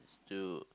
to